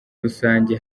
rusange